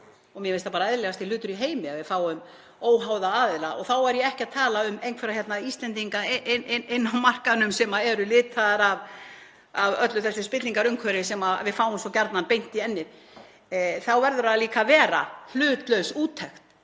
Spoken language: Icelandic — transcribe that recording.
og mér finnst það bara eðlilegasti hlutur í heimi að við fáum óháða aðila. Þá er ég ekki að tala um einhverja Íslendinga á markaðnum sem eru litaðir af öllu þessu spillingarumhverfi sem við fáum svo gjarnan beint í ennið. Þá verður það líka að vera hlutlaus úttekt